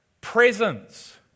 presence